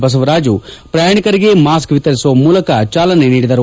ಬಸವರಾಜು ಪ್ರಯಾಣಿಕರಿಗೆ ಮಾಸ್ಕ್ ವಿತರಿಸುವ ಮೂಲಕ ಚಾಲನೆ ನೀಡಿದರು